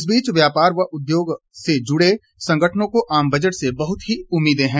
इस बीच व्यापार उद्योग से जुड़े संगठनों को आम बजट से बहुत ही उम्मीद हैं